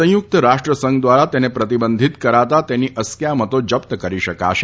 સંયુક્ત રાષ્ટ્ર સંઘ દ્વારા તેને પ્રતિબંધિત કરાતા તેની અસ્ક્યામતો જપ્ત કરી શકાશે